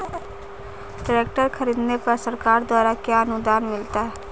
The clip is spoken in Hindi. ट्रैक्टर खरीदने पर सरकार द्वारा क्या अनुदान मिलता है?